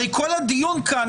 הרי כל הדיון כאן,